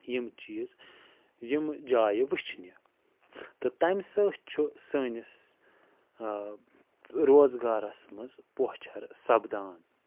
یِم چیٖز یِمہٕ جایہِ وُچھنہِ تہٕ تَمہِ سۭتۍ چھُ سٲنِس روزگارَس منٛز پوٚچھَر سَپدان